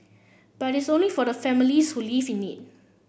but it's only for the families who live in it